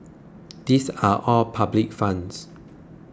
these are all public funds